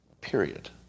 Period